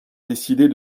décider